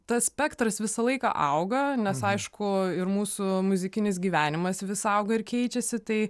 tas spektras visą laiką auga nes aišku ir mūsų muzikinis gyvenimas vis auga ir keičiasi tai